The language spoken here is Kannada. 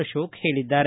ಅಶೋಕ ಹೇಳಿದ್ದಾರೆ